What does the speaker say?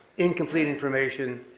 incomplete information,